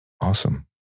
awesome